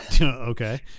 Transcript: Okay